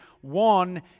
one